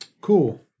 Cool